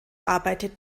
arbeitet